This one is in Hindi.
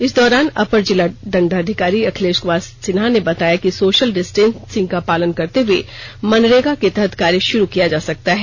इस दौरान अपर जिलादंडाधिकारी अखिलेष कुमार सिन्हा ने बताया कि सोषल डिस्टेंसिंग का पालन करते हुये मनरेगा के तहत कार्य षुरू किया जा सकता है